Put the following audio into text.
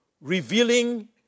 Revealing